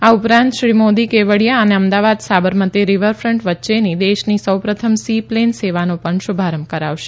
આ ઉપરાંત શ્રી મોદી કેવડિયા અને અમદાવાદ સાબરમતી રિવરફન્ટ વચ્ચેની દેશની સૌપ્રથમ સી પ્લેન સેવાનો પણ શુભારંભ કરાવશે